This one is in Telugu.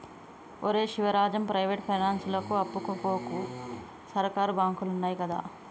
ఒరే శివరాజం, ప్రైవేటు పైనాన్సులకు అప్పుకు వోకు, సర్కారు బాంకులున్నయ్ గదా